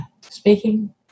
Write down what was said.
speaking